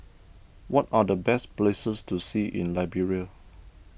what are the best places to see in Liberia